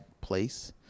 place